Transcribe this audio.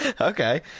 okay